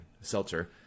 seltzer